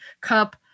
Cup